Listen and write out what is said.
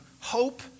Hope